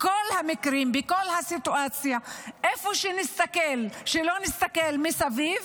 בכל המקרים, בכל הסיטואציות, איפה שלא נסתכל מסביב